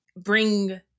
bring